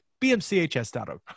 Bmchs.org